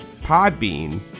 Podbean